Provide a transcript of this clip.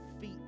feet